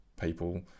people